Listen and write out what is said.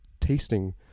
tasting